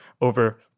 over